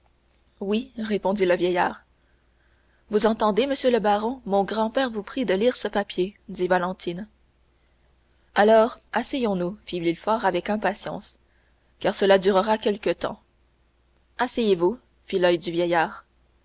oui répondit le vieillard vous entendez monsieur le baron mon grand-père vous prie de lire ce papier dit valentine alors asseyons-nous fit villefort avec impatience car cela durera quelque temps asseyez-vous fit l'oeil du vieillard